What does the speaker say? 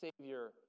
Savior